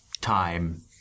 time